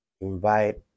invite